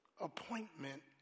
Appointment